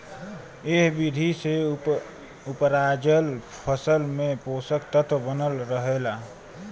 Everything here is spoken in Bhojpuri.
एह विधि से उपराजल फसल में पोषक तत्व बनल रहेला